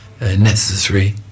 necessary